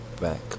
back